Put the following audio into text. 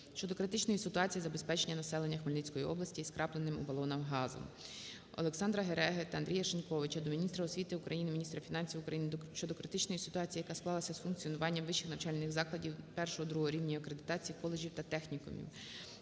щодо критичної ситуації із забезпеченням населення Хмельницької області скрапленим (у балонах) газом. ОлександраГереги та Андрія Шиньковича до міністра освіти України, міністра фінансів України щодо критичної ситуації, яка склалася з функціонуванням вищих навчальних закладів І-ІІ рівнів акредитації (коледжів та технікумів).